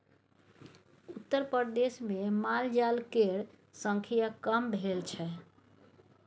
उत्तरप्रदेशमे मालजाल केर संख्या कम भेल छै